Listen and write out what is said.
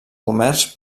comerç